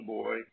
boy